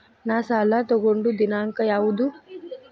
ನಾ ಸಾಲ ತಗೊಂಡು ದಿನಾಂಕ ಯಾವುದು?